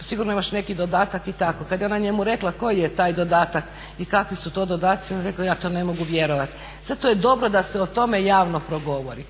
sigurno imaš neki dodatak i tako. Kada je ona njemu rekla koji je taj dodatak i kakvi su to dodaci, on je rekao ja to ne mogu vjerovati. Zato je dobro da se o tome javno progovori,